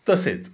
तसेच